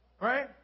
right